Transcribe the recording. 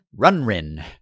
Runrin